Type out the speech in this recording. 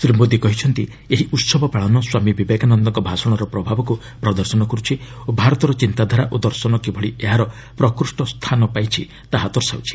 ଶ୍ରୀ ମୋଦି କହିଛନ୍ତି ଏହି ଉତ୍ସବ ପାଳନ ସ୍ୱାମୀ ବିବେକାନନ୍ଦଙ୍କ ଭାଷଣର ପ୍ରଭାବକୁ ପ୍ରଦର୍ଶନ କରୁଛି ଓ ଭାରତର ଚିନ୍ତାଧାରା ଓ ଦର୍ଶନ କିଭଳି ଏହାର ପକୃଷ୍ଟ ସ୍ଥାନ ପାଇଛି ତାହା ଦର୍ଶାଉଛି